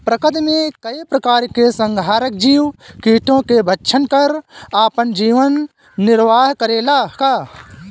प्रकृति मे कई प्रकार के संहारक जीव कीटो के भक्षन कर आपन जीवन निरवाह करेला का?